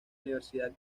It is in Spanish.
universidad